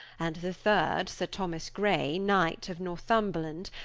and the third sir thomas grey knight of northumberland,